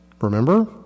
Remember